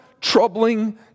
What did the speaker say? troubling